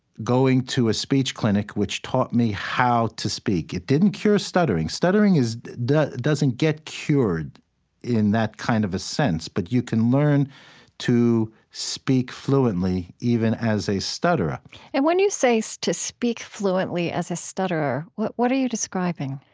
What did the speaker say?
going to a speech clinic, which taught me how to speak. it didn't cure stuttering stuttering doesn't get cured in that kind of a sense. but you can learn to speak fluently, even as a stutterer and when you say so to speak fluently as a stutterer, what what are you describing?